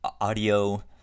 audio